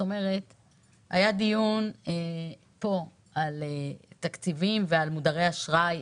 היה דיון בוועדת כלכלה על תקציבים ועל מודרי אשראי,